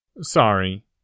Sorry